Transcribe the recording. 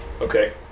okay